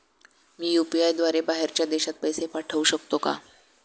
मी UPI द्वारे बाहेरच्या देशात पैसे पाठवू शकतो का?